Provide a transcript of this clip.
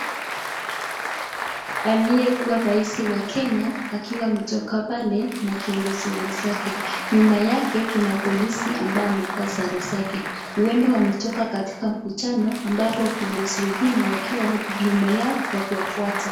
Aliye kuwa rais wa Kenya, akiwa ametoka pale, na kiongozi mwenzake, nyuma yake kuna polisi aliye vaa sare zake, hurnda wametoka katika mkutano, ambapo viongozi wengine wakiwa nyuma yao, wakiwafuata.